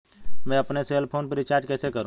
मैं अपने cell phone में रिचार्ज कैसे करूँ?